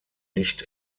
nicht